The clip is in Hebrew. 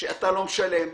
שאתה לא משלם,